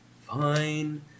Fine